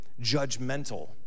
judgmental